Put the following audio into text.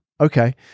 Okay